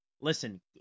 listen